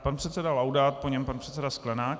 Pan předseda Laudát, po něm pan předseda Sklenák.